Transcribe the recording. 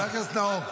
זה לא מה שהוא